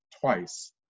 twice